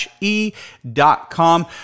e.com